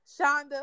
Shonda